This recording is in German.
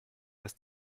dass